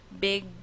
big